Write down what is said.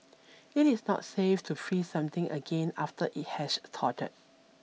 it is not safe to freeze something again after it has thawed